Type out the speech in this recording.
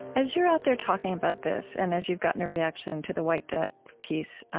as you're out there talking about this and as you've gotten a reaction to the white debt piece,